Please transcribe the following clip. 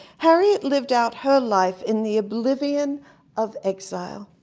harriet lived out herlife in the oblivion of exlie.